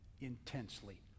intensely